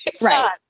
Right